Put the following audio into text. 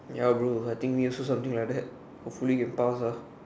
ya bro I think me also something like that hopefully can pass ah